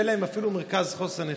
שאין להם אפילו מרכז חוסן אחד?